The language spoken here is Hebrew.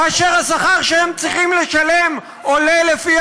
כאשר השכר שהם צריכים לשלם עולה לפי